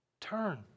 Turn